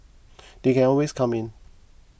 they can always come in